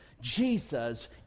Jesus